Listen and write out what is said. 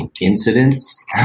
incidents